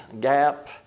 gap